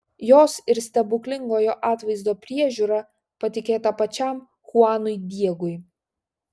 jos ir stebuklingojo atvaizdo priežiūra patikėta pačiam chuanui diegui